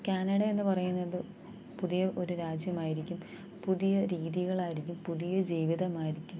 Canada എന്ന് പറയുന്നത് പുതിയ ഒരു രാജ്യമായിരിക്കും പുതിയ രീതികളായിരിക്കും പുതിയ ജീവിതമായിരിക്കും